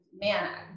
man